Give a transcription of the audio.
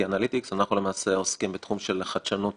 זה לא פסיכי וזה לא אנשים שצריכים